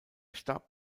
starb